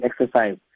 exercise